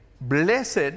Blessed